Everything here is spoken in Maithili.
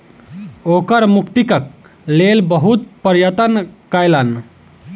ओ कर मुक्तिक लेल बहुत प्रयत्न कयलैन